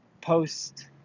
post